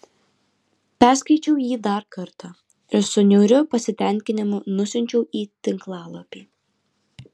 perskaičiau jį dar kartą ir su niauriu pasitenkinimu nusiunčiau į tinklalapį